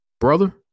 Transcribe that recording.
Brother